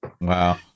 Wow